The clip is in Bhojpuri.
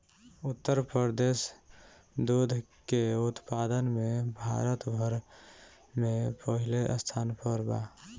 उत्तर प्रदेश दूध के उत्पादन में भारत भर में पहिले स्थान पर बा